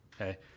Okay